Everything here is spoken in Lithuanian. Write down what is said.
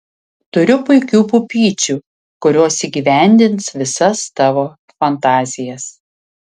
turiu puikių pupyčių kurios įgyvendins visas tavo fantazijas